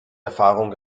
erfahrung